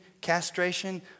castration